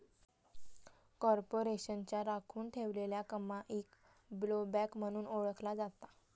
कॉर्पोरेशनच्या राखुन ठेवलेल्या कमाईक ब्लोबॅक म्हणून ओळखला जाता